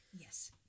yes